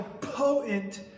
potent